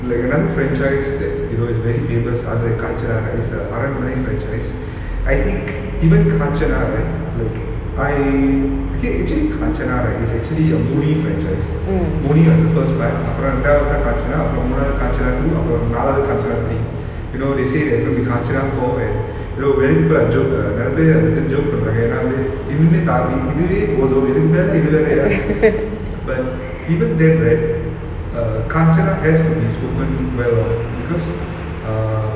like another franchise that you know is very famous அது காஞ்சனா:adhu kanjana is a Aranmanai franchise I think even Kanchana right like I okay actually Kanchana right is actually a movie franchise முனி:muni was the first part அப்புறம் ரெண்டாவது தான் காஞ்சனா அப்புறம் மூணாவது Kanchana two அப்புறம் நாலாவது Kanchana த்ரீ:apuram rendavathu thaan kanjana apuram moonavathu kanjana two apuram naalavathu kanjana three you know they say there's gonna be Kanchana four and அதாவது joke பன்றாங்க ஏனா வந்து இவங்க இதுவே போதும் இதுக்கு மேல:athavathu joke panraanga yena vanthu ivanga idhuve pothum idhuku mela but even then right err Kanchana has to be spoken well of because err